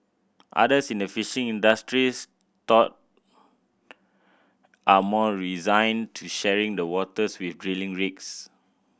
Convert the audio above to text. others in the fishing industries though are more resigned to sharing the waters with drilling rigs